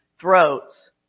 throats